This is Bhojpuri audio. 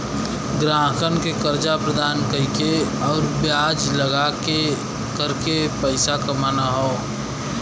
ग्राहकन के कर्जा प्रदान कइके आउर ब्याज लगाके करके पइसा कमाना हौ